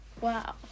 wow